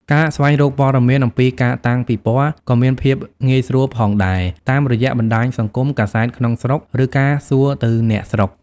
ការស្វែងរកព័ត៌មានអំពីការតាំងពិពណ៌ក៏មានភាពងាយស្រួលផងដែរ តាមរយៈបណ្តាញសង្គម កាសែតក្នុងស្រុក ឬការសួរទៅអ្នកស្រុក។